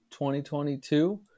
2022